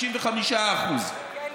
65%. כן.